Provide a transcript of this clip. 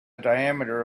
diameter